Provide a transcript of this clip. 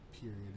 period